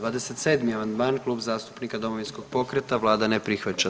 27. amandman Klub zastupnika Domovinskog pokreta, Vlada ne prihvaća.